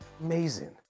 Amazing